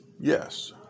yes